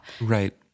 right